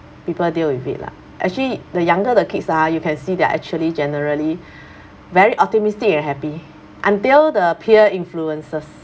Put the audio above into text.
people deal with it lah actually the younger the kids ah you can see they're actually generally very optimistic and happy until the peer influences